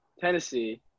Tennessee